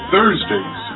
Thursdays